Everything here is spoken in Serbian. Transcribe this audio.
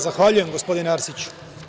Zahvaljujem, gospodine Arsiću.